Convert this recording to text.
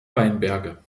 weinberge